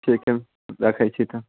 ठीक है रखैत छी तऽ